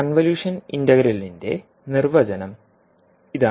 convolution ഇന്റഗ്രലിന്റെ നിർവചനം ഇതാണ്